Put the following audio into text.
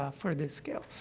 ah for this scale.